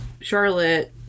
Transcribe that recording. Charlotte